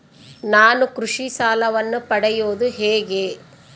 ನಾನು ಕೃಷಿ ಸಾಲವನ್ನು ಪಡೆಯೋದು ಹೇಗೆ?